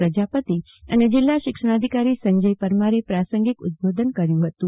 પ્રજાપતિ અને જીલ્લા શિક્ષણાધિકારી સંજય પરમારે પ્રાસંગિક ઉદબોધન કર્યું હતું